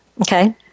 Okay